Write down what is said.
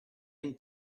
and